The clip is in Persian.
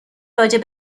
راجع